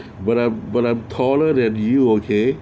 but I'm but I'm taller than you okay